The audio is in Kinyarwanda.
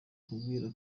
kubwira